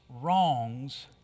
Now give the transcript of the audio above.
wrongs